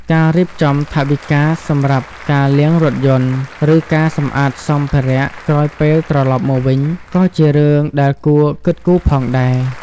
ការរៀបចំថវិកាសម្រាប់ការលាងរថយន្ត ឬការសម្អាតសម្ភារៈក្រោយពេលត្រលប់មកវិញ ក៏ជារឿងដែលគួរគិតគូរផងដែរ។